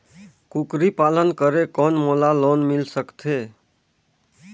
कूकरी पालन करे कौन मोला लोन मिल सकथे?